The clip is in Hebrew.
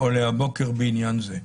או להבוקר בעניין זה.